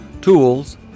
tools